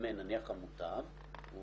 עצרנו בסעיף 34. היו